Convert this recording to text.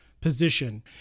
position